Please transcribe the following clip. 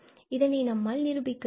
இதனை நம்மால் நிரூபிக்க இயலும்